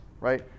right